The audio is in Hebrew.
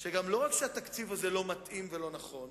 שלא רק שהתקציב הזה לא מתאים ולא נכון,